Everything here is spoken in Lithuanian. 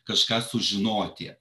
kažką sužinoti